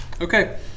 Okay